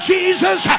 Jesus